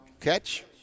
catch